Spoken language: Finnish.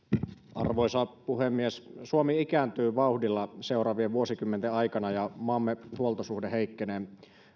arvoisa puhemies suomi ikääntyy vauhdilla seuraavien vuosikymmenten aikana ja maamme huoltosuhde heikkenee